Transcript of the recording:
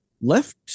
left